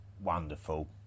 wonderful